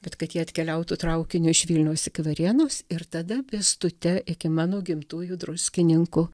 bet kad jie atkeliautų traukiniu iš vilniaus iki varėnos ir tada pėstute iki mano gimtųjų druskininkų